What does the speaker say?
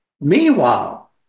meanwhile